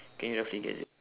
can you roughly guess it